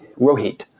Rohit